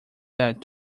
that